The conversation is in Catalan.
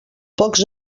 pocs